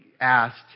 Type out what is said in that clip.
asked